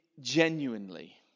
genuinely